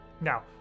Now